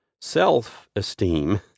Self-esteem